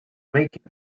making